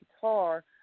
guitar